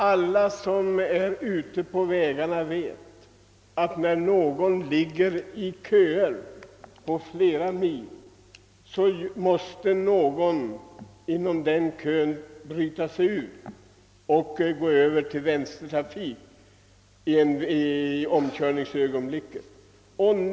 Alla som är ute på vägarna vet att när det uppstår köer på flera mil, så måste någon inom en sådan kö bryta sig ur och gå över till vänstertrafik i omkörningsögonblicket.